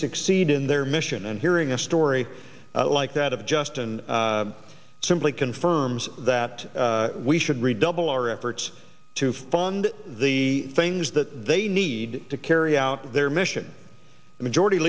succeed in their mission and hearing a story i like that of justin simply confirms that we should redouble our efforts to fund the things that they need to carry out their mission the majority